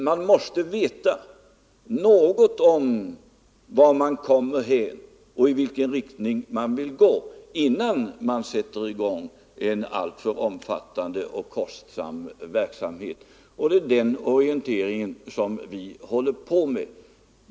Man måste veta något om varthän man kommer och i vilken riktning man vill gå, innan man sätter in en alltför omfattande och kostsam verksamhet. Det är den orienteringen som vi håller på med.